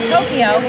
Tokyo